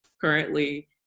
currently